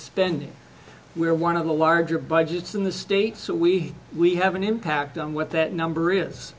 spending where one of the larger budgets in the state so we we have an impact on what that number is